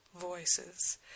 voices